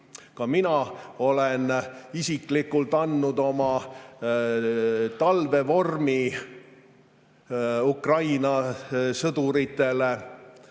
Ka mina olen isiklikult andnud oma talvevormi Ukraina sõduritele,